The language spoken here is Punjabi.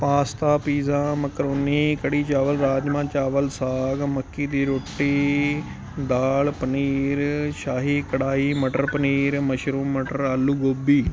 pasta pizza macaroni kadhi chawal rajma chawal saag ਮੱਕੀ ਦੀ ਰੋਟੀ ਦਾਲ ਪਨੀਰ ਸ਼ਾਹੀ ਕੜਾਈ ਮਟਰ ਪਨੀਰ ਮਸ਼ਰੂਮ ਮਟਰ ਆਲੂ ਗੋਭੀ